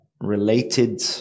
related